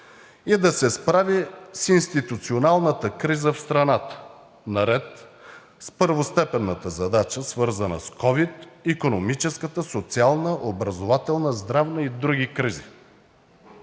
и да се справи с институционалната криза в страната. Наред с първостепенната задача, свързана с ковид, икономическата, социалната, образователната, здравната и другите кризи,